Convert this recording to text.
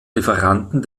lieferanten